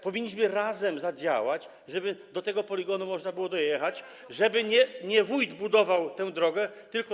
Powinniśmy razem zadziałać, żeby do tego poligonu można było dojechać, żeby to nie wójt budował tę drogę, tylko.